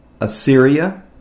Assyria